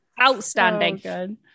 outstanding